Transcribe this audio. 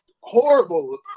horrible